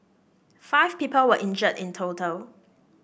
five people were injured in total